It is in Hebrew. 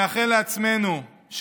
אני אומר לך שזה ממש לא נכון.